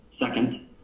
Second